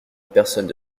personne